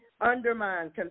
undermine